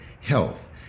health